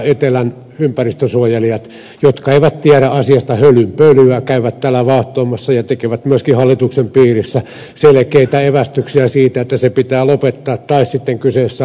etelän ympäristönsuojelijat jotka eivät tiedä asiasta hölynpölyä käyvät täällä vaahtoamassa ja tekevät myöskin hallituksen piirissä selkeitä evästyksiä siitä että se pitää lopettaa tai sitten kyseessä on tämmöinen ed